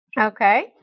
Okay